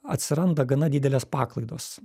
atsiranda gana didelės paklaidos